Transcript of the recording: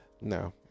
no